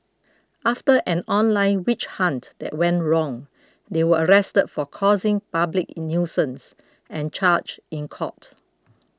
after an online witch hunt that went wrong they were arrested for causing public nuisance and charged in court